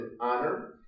honor